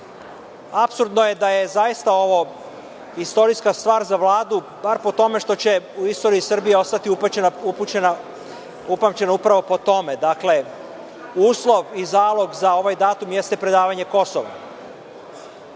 apsurdno je da je ovo istorijska stvar za Vladu po tome što će u istoriji Srbije ostati upamćena po tome – uslov i zalog za ovaj datum jeste predavanje Kosova.